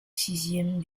sixième